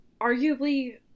arguably